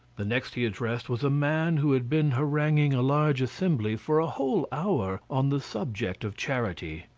the next he addressed was a man who had been haranguing a large assembly for a whole hour on the subject of charity.